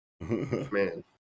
Man